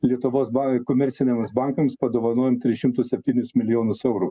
lietuvos ban komerciniams bankams padovanojom tris šimtus septynis milijonus eurų